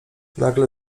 nagle